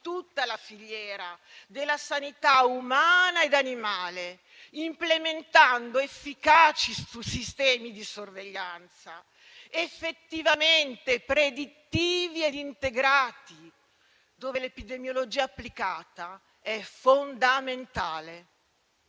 tutta la filiera della sanità umana e animale, implementando efficaci sistemi di sorveglianza, effettivamente predittivi ed integrati, dove l'epidemiologia applicata è fondamentale.